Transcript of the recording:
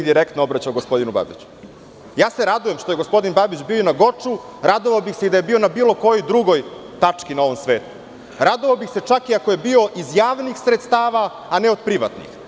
Gospodine Babiću, odnosno, reći ću vama da se ne bih direktno obraćao gospodinu Babiću – ja se radujem što je gospodin Babić bio na Goču, radovao bih se i da je bio na bilo kojoj drugoj tački na ovom svetu, radovao bih se čak i ako je bio iz javnih sredstava, a ne od privatnih.